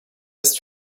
ist